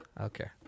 Okay